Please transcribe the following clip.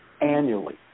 annually